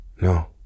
No